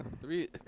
Three